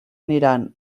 aniran